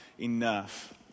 enough